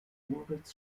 moritz